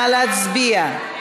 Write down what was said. נא להצביע.